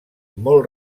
molt